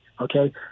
Okay